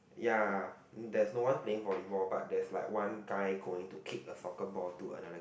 ya that's no one play volleyball but there's like one guy going to kick a soccer ball to another guy